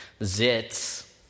zits